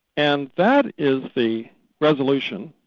and that is the resolution,